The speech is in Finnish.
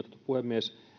puhemies